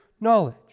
knowledge